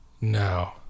No